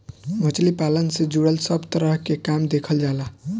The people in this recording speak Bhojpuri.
मछली पालन से जुड़ल सब तरह के काम देखल जाला